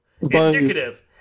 Indicative